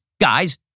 Guys